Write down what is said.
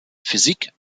physik